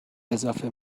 اضافه